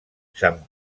sant